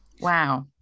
Wow